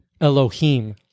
Elohim